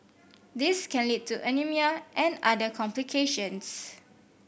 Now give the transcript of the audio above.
this can lead to anaemia and other complications